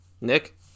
Nick